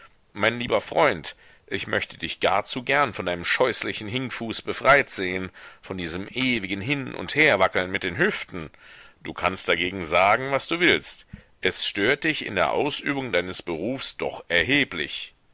mein lieber freund ich möchte dich gar zu gern von deinem scheußlichen hinkfuß befreit sehen von diesem ewigen hinund herwackeln mit den hüften du kannst dagegen sagen was du willst es stört dich in der ausübung deines berufs doch erheblich